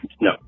no